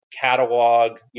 catalog